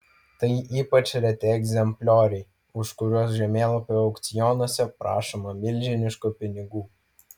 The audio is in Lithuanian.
tai ypač reti egzemplioriai už kuriuos žemėlapių aukcionuose prašoma milžiniškų pinigų